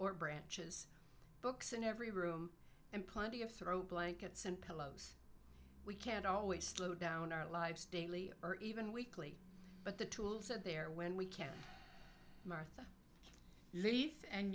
or branches books in every room and plenty of throw blankets and pillows we can't always slow down our lives daily or even weekly but the tools at their when we can martha leith and